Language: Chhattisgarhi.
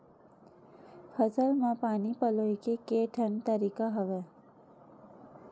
फसल म पानी पलोय के केठन तरीका हवय?